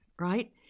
right